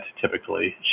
Typically